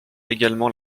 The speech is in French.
également